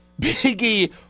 Biggie